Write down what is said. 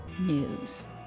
News